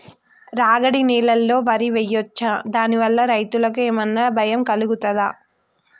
రాగడి నేలలో వరి వేయచ్చా దాని వల్ల రైతులకు ఏమన్నా భయం కలుగుతదా?